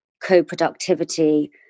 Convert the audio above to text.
co-productivity